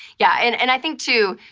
yeah, and and i think too,